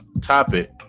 topic